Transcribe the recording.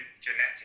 genetic